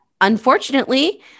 unfortunately